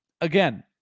again